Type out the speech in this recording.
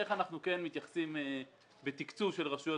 איך אנחנו כן מתייחסים בתקצוב של רשויות